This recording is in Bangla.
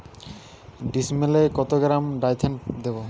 ডিস্মেলে কত গ্রাম ডাইথেন দেবো?